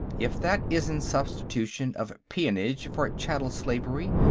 if that isn't substitution of peonage for chattel slavery,